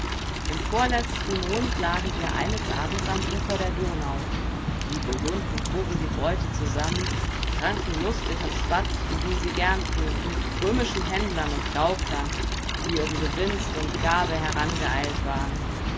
im vorletzten mond lagen wir eines abends am ufer der donau die burgunden trugen die beute zusammen tranken lustig und schwatzten wie sie gern tun mit römischen händlern und gauklern die um gewinst und gabe herangeeilt waren